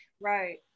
Right